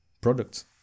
products